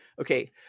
Okay